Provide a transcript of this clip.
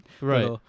right